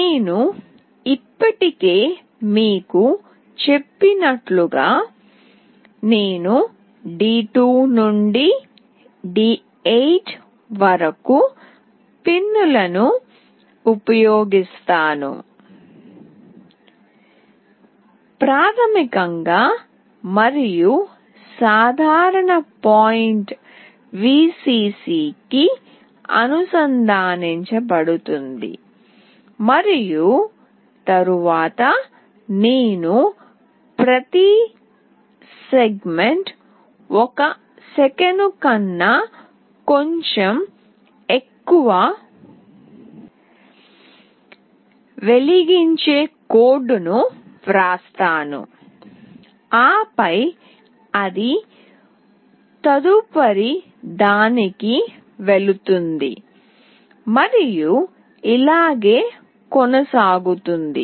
నేను ఇప్పటికే మీకు చెప్పినట్లుగా నేను D2 నుండి D8 వరకు పిన్లను ఉపయోగిస్తాను ప్రాథమికంగా మరియు సాధారణ పాయింట్ Vcc కి అనుసంధానించబడుతుంది మరియు తరువాత నేను ప్రతి సెగ్మెంట్ 1 సెకను కన్నా కొంచెం ఎక్కువ వెలిగించే కోడ్ ను వ్రాస్తాను ఆపై అది తదుపరిదానికి వెళ్తుంది మరియు ఇలాగే కొనసాగుతోంది